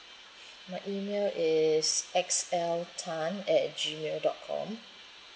my email is X L tan at Gmail dot com